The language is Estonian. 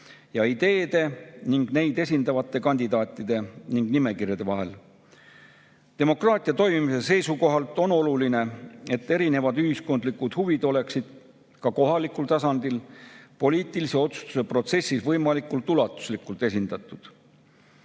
ja ideede ning neid esindavate kandidaatide ning nimekirjade vahel. Demokraatia toimimise seisukohalt on oluline, et eri ühiskondlikud huvid oleksid ka kohalikul tasandil poliitilise otsustuse protsessis võimalikult ulatuslikult esindatud.